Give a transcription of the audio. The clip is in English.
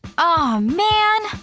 oh, man.